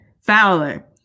Fowler